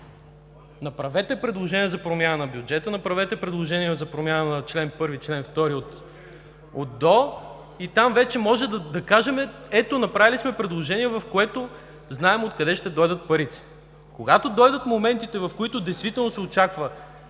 Направете предложение за промяна на бюджета, направете предложение за промяна на чл. 1 и чл. 2 от ДОО и там вече можем да кажем: ето, направили сме предложение, в което знаем откъде ще дойдат парите. Когато дойдат моментите, в които действително се очаква